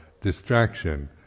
distraction